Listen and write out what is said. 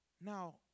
Now